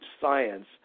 science